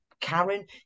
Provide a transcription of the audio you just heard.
Karen